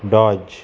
dose